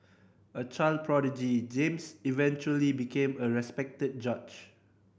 a child prodigy James eventually became a respected judge